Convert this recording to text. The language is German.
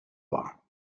war